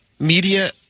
Media